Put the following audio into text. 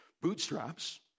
bootstraps